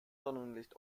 sonnenlicht